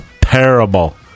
Terrible